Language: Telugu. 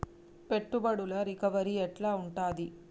పెట్టుబడుల రికవరీ ఎట్ల ఉంటది?